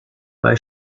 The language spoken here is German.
bei